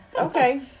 Okay